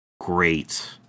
great